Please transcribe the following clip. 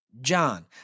John